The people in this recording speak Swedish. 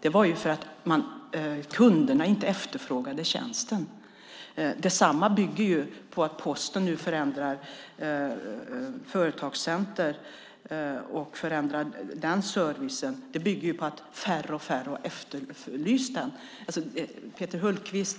Det berodde på att kunderna inte efterfrågade tjänsten. Att Posten nu förändrar företagscentren och den servicen bygger också på att färre och färre har efterlyst den. Peter Hultqvist